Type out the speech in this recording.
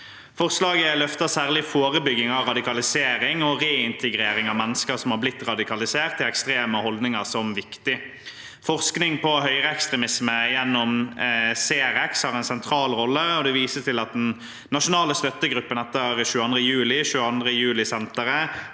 Forslaget løfter særlig forebygging av radikalisering og reintegrering av mennesker som har blitt radikalisert til ekstreme holdninger, som viktig. Forskning på høyreekstremisme gjennom C-REX har en sentral rolle, og det vises til den nasjonale støttegruppen etter 22. juli, 22. juli-senteret,